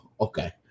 okay